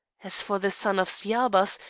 as for the son of sciabas,